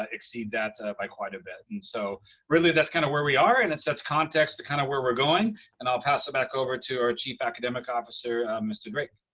ah exceed that ah by quite a bit. and so really that's kind of where we are and it sets context to kind of where we're going and i'll pass it back over to our chief academic officer, mr. drake.